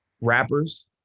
rappers